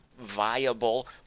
viable